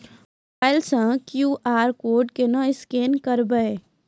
Mobile से QR code केना scan करबै?